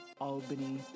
Albany